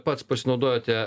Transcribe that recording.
pats pasinaudojote